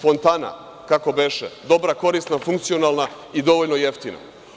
Fontana, kako beše, dobra, korisna, funkcionalna i dovoljno jeftina.